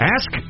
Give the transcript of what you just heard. Ask